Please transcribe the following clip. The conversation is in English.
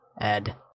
add